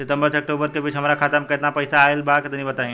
सितंबर से अक्टूबर के बीच हमार खाता मे केतना पईसा आइल बा तनि बताईं?